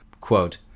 Quote